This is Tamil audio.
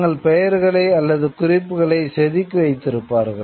தங்கள் பெயர்களை அல்லது குறிப்புகளை செதுக்கி வைத்திருப்பார்கள்